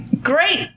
Great